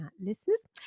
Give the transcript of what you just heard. listeners